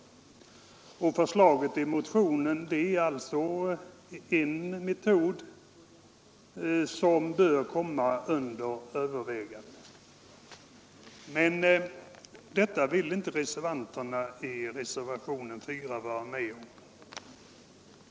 I motionen föreslås alltså en metod som vi anser bör komma under övervägande, men detta vill inte de reservanter som anslutit sig till reservationen 4 vara med om.